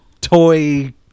toy